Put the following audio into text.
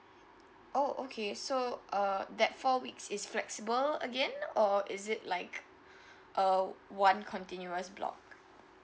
oh okay so uh that four weeks is flexible again or is it like uh one continuous block